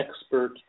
expert